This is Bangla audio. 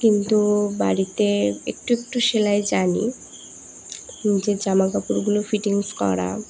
কিন্তু বাড়িতে একটু একটু সেলাই জানি নিজের জামা কাপড়গুলো ফিটিংস করা